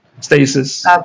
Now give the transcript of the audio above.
stasis